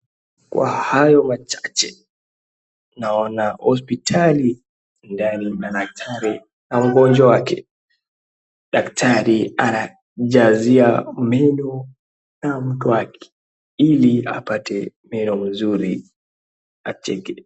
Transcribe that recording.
Kwa hayo machache, naona hospitali na ndani madaktari na mgonjwa wake, dakatari anajazia meno ua mtu wake ili apate meno mzuri acheke.